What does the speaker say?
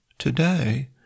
Today